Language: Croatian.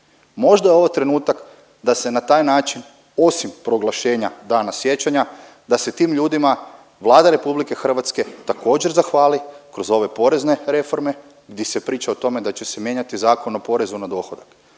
Možda je ovo trenutak da se na taj način, osim proglašenja dana sjećanja, da se tim ljudima Vlada RH također zahvali kroz ove porezne reforme di se priča o tome da će se mijenjati Zakon o porezu na dohodak.